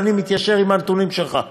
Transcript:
אבל אני מתיישר עם הנתונים שלך,